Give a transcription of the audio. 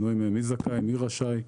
מי זכאי ומי רשאי.